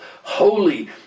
holy